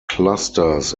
clusters